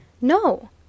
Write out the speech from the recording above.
No